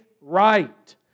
right